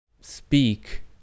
speak